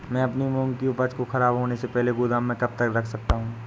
मैं अपनी मूंग की उपज को ख़राब होने से पहले गोदाम में कब तक रख सकता हूँ?